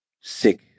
sick